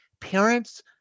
parents